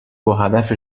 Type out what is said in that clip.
باهدف